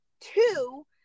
two